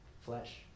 Flesh